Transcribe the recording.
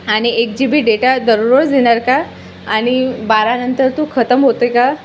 आणि एक G B data दररोज येणार का आणि बारानंतर तू खतम होतो आहे का